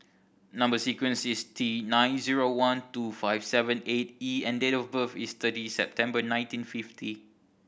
number sequence is T nine zero one two five seven eight E and date of birth is thirty September nineteen fifty